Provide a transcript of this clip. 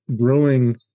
growing